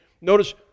Notice